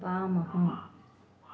वामः